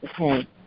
Okay